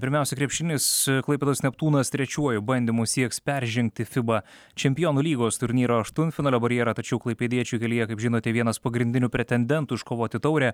pirmiausia krepšinis klaipėdos neptūnas trečiuoju bandymu sieks peržengti fiba čempionų lygos turnyro aštuntfinalio barjerą tačiau klaipėdiečių kelyje kaip žinote vienas pagrindinių pretendentų iškovoti taurę